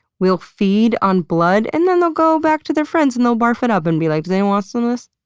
will feed on blood and then they'll go back to their friends and they'll barf it up and be like, does anyone want some of this?